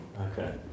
Okay